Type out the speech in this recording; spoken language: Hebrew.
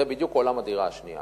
זה בדיוק עולם הדירה השנייה.